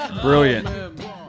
Brilliant